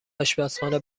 آشپزخانه